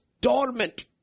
torment